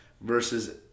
versus